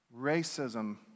racism